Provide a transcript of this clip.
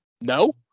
No